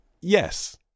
yes